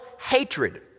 hatred